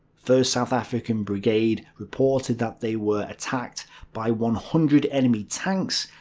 first south african brigade reported that they were attacked by one hundred enemy tanks,